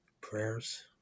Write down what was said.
prayers